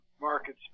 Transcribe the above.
market